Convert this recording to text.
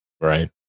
Right